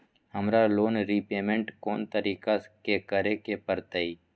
हमरा loan repayment कोन तारीख के करे के परतई?